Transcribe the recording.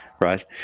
right